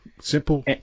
Simple